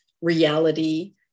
reality